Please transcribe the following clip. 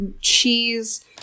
cheese